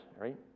right